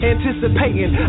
Anticipating